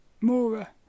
Mora